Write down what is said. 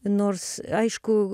nors aišku